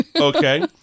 Okay